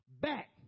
back